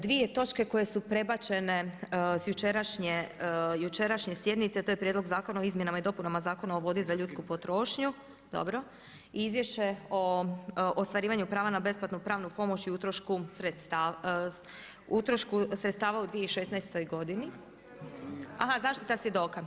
Dvije točke koje su prebačene s jučerašnje sjednice to je Prijedloga Zakona o izmjenama i dopuna Zakona o vodi za ljudsku potrošnju i Izvješće o ostvarivanju prava na besplatnu pravnu pomoć i utrošku sredstava u 2016. godini … [[Upadica se ne čuje.]] aha zaštita svjedoka.